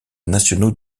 nationaux